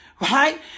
right